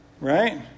right